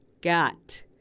got